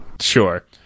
sure